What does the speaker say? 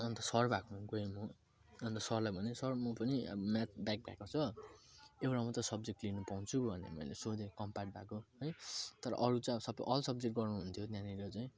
अनि त सर भएकोमा गएँ म अनि त सरलाई भनेँ सर म पनि म्याथ ब्याक भएको छ एउटा मात्र सब्जेक्ट लिनु पाउँछु भनेर मैले सोधेँ कम्पार्ट भएको है तर अरू चाहिँ सबै अल सब्जेक्ट गराउनुहुन्थ्यो त्यहाँनिर चाहिँ